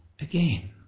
Again